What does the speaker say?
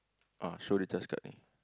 ah show the C_H_A_S card only